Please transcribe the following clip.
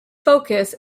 focus